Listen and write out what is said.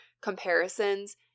comparisons